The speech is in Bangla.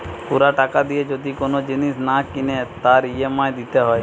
পুরা টাকা দিয়ে যদি কোন জিনিস না কিনে তার ই.এম.আই দিতে হয়